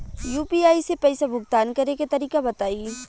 UPI से पईसा भुगतान करे के तरीका बताई?